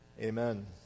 Amen